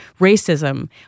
racism